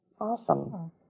Awesome